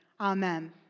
Amen